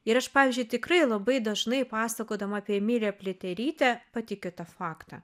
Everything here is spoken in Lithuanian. ir aš pavyzdžiui tikrai labai dažnai pasakodama apie emiliją pliaterytę pateikiu tą faktą